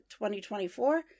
2024